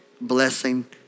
blessing